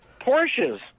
Porsches